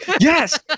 yes